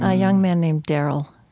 ah young man named darryl.